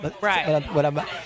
Right